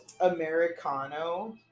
Americano